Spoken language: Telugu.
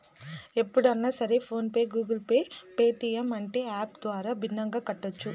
ఎప్పుడన్నా సరే PhonePe Google Pay Paytm అంటే యాప్ ద్వారా బిరిగ్గా కట్టోచ్చు